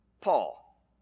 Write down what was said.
Paul